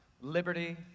liberty